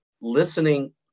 listening